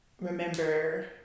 remember